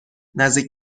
نزدیک